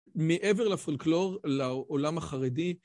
מעבר לפולקלור, לעולם החרדי.